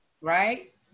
Right